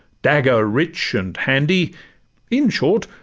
dagger rich and handy in short,